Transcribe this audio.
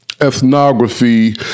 ethnography